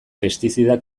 pestizida